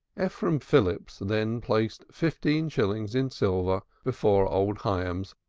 ephraim phillips then placed fifteen shillings in silver before old hyams,